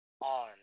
on